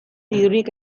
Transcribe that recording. dirurik